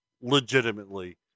legitimately